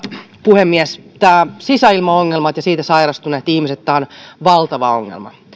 puhemies nämä sisäilmaongelmat ja niistä sairastuneet ihmiset ovat valtava ongelma